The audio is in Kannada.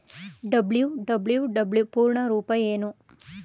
ಡಬ್ಲ್ಯೂ.ಡಬ್ಲ್ಯೂ.ಡಬ್ಲ್ಯೂ ಪೂರ್ಣ ರೂಪ ಏನು?